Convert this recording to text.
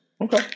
Okay